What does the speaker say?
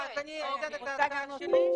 אז אני אתן את ההצעה שלי.